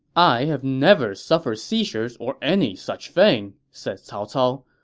i have never suffered seizures or any such thing, said cao cao.